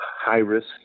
high-risk